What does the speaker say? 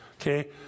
Okay